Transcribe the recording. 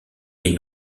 est